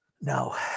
No